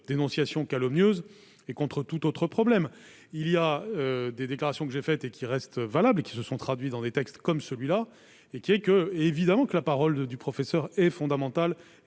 dénonciation calomnieuse et contre toute autre problème il y a des déclarations que j'ai fait et qui reste valable, et qui se sont traduites dans des textes comme celui-là, et qui est que, évidemment, que la parole du professeur est fondamental